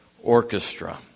Orchestra